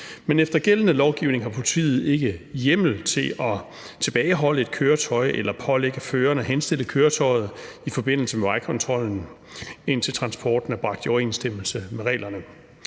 men efter gældende lovgivning har politiet ikke hjemmel til at tilbageholde et køretøj eller pålægge føreren at henstille køretøjet i forbindelse med vejkontrollen, indtil transporten er bragt i overensstemmelse med reglerne.